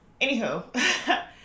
anywho